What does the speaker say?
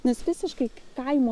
nes visiškai kaimo